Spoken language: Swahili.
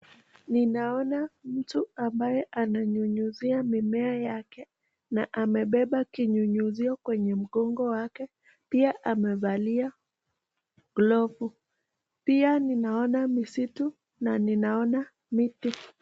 Ninaona mtu ambaye ananyunyuzia mimea yake na amebeba kinyunyuzio kwenye mgongo wake pia amevalia glavu pia ninaona misitu na ninaona miti.